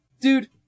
Dude